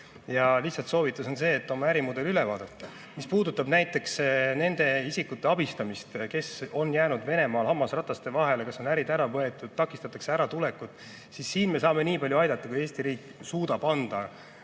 Lihtsalt soovitus on oma ärimudel üle vaadata. Mis puudutab nende isikute abistamist, kes on jäänud Venemaal hammasrataste vahele, kas neilt on ärid ära võetud või takistatakse nende äratulekut, siis siin me saame nii palju aidata, kui Eesti riik suudab anda